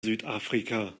südafrika